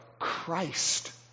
Christ